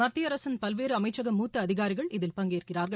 மத்திய அரசின் பல்வேறு அமைச்சக மூத்த அதிகாரிகள் இதில் பங்கேற்கிறார்கள்